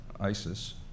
ISIS